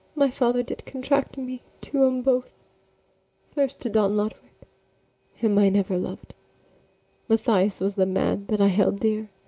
my father did contract me to em both first to don lodowick him i never lov'd mathias was the man that i held dear,